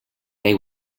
they